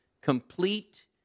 complete